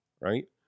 right